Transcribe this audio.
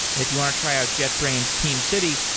if you want to try out jetbrains' teamcity,